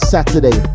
Saturday